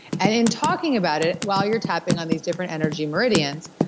and in talking about it, while you're tapping on these different energy meridians,